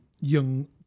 young